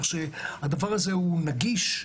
הדבר הזה הוא נגיש,